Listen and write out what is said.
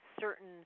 certain